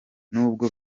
nubwo